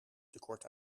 tekort